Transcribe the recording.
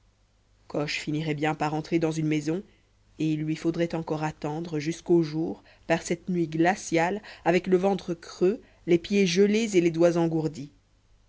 coche finirait bien par entrer dans une maison et il lui faudrait encore attendre jusqu'au jour par cette nuit glaciale avec le ventre creux les pieds gelés et les doigts engourdis